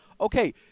okay